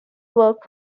work